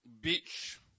beach